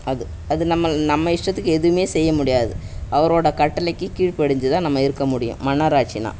அது அது நம்மள் நம்ம இஷ்டத்துக்கு எதுவுமே செய்ய முடியாது அவரோடய கட்டளைக்கு கீழ் படிஞ்சு தான் நம்ம இருக்க முடியும் மன்னர் ஆட்சினால்